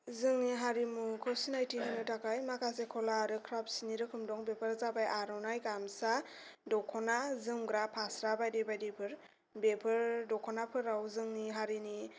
जोंनि हारिमुखौ सिनायथि होनो थाखाय माखासे कला आरो क्राफ्टसनि रोखोम दं बेफोर जाबाय आर'नाइ गामसा दख'ना जोमग्रा फास्रा बायदि बायदिफोर बेफोर दखनाफोराव जोंनि हारिनि